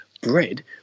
bread